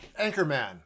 Anchorman